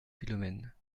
philomèle